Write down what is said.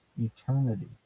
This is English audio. eternity